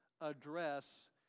address